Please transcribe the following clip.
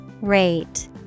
Rate